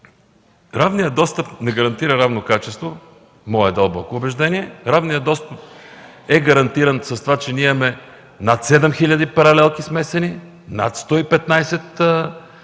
равният достъп не гарантира равно качество, мое дълбоко убеждение. Равният достъп е гарантиран с това, че ние имаме над 7000 смесени паралелки,